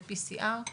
ב-PCR,